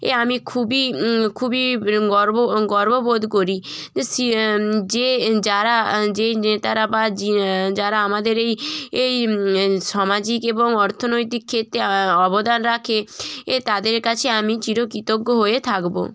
এ আমি খুবই খুবই গর্ব গর্ববোধ করি যে সি যে যারা যেই নেতারা বা যে যারা আমাদের এই এই সামাজিক এবং অর্থনৈতিক ক্ষেত্রে অবদান রাখে এ তাদের কাছে আমি চিরকৃতজ্ঞ হয়ে থাকব